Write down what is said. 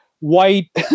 white